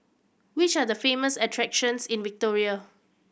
which are the famous attractions in Victoria